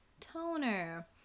Toner